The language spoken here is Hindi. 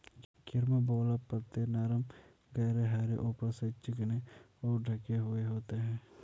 कैरम्बोला पत्ते नरम गहरे हरे ऊपर से चिकने और ढके हुए होते हैं